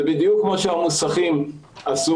זה בדיוק מה שהמוסכים עשו.